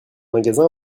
magasin